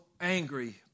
angry